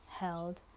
held